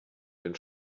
den